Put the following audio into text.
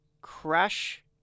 Crash